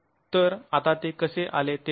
तर आता ते कसे आले ते आपण पाहू